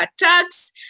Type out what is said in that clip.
attacks